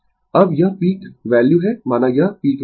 अब यह peak value है माना यह पीक वैल्यू है